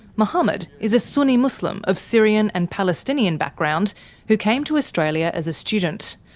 mohammed is a sunni muslim of syrian and palestinian background who came to australia as a student.